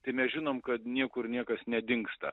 tai mes žinom kad niekur niekas nedingsta